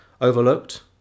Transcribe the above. overlooked